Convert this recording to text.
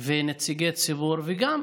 ונציגי ציבור, וגם